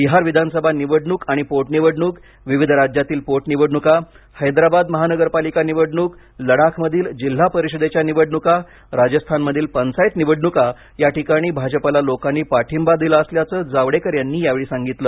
बिहार विधानसभा निवडणूक आणि पोटनिवडणूक विविध राज्यातील पोटनिवडणुका हैदराबाद महानगरपालिका निवडणूक लडाखमधील जिल्हा परिषदेच्या निवडणुका राजस्थानमधील पंचायत निवडणुका या ठिकाणी भाजपला लोकानी पाठिंबा दिला असल्याचं जावडेकर यांनी यावेळी सांगितलं